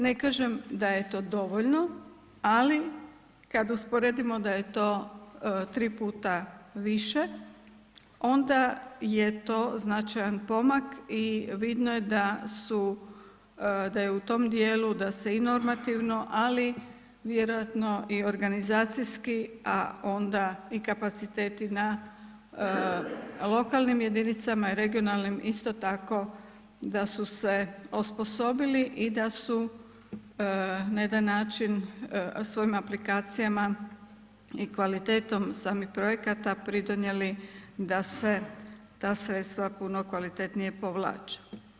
Ne kažem da je to dovoljno ali kad usporedimo da je to 3 puta više onda je to značajan pomak i vidno je da su, da je u tom dijelu da se i normativno, ali vjerojatno i organizacijski a onda i kapaciteti na lokalnim jedinicama, regionalnim isto tako da su se osposobili i da su na jedan način svojim aplikacijama i kvalitetom samih projekata pridonijeli da se ta sredstva puno kvalitetnije povlače.